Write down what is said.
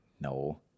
No